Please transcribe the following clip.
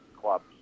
clubs